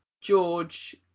George